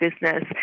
business